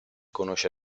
conosce